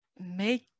make